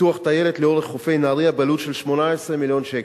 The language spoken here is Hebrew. פיתוח טיילת לאורך חופי נהרייה בעלות של 18 מיליון שקל,